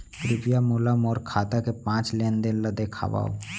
कृपया मोला मोर खाता के पाँच लेन देन ला देखवाव